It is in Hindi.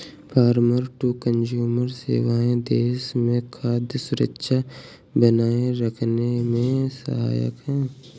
फॉर्मर टू कंजूमर सेवाएं देश में खाद्य सुरक्षा बनाए रखने में सहायक है